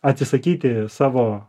atsisakyti savo